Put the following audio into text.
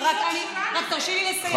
רק תרשי לי לסיים.